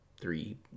Three